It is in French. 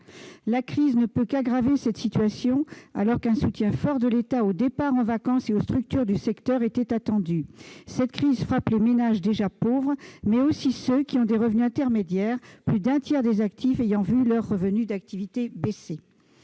traversons ne peut qu'aggraver cette situation alors qu'un soutien fort de l'État aux départs en vacances et aux structures du secteur était attendu. La crise frappe les ménages déjà pauvres, mais aussi ceux qui ont des revenus intermédiaires, car plus d'un tiers des actifs ont vu leurs revenus d'activité baisser.